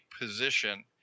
position